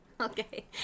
okay